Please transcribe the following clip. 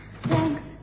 Thanks